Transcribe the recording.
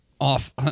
off